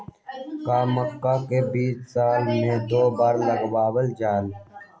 का मक्का के बीज साल में दो बार लगावल जला?